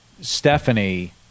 Stephanie